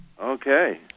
Okay